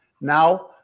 now